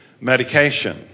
medication